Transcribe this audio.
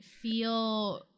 feel